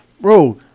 bro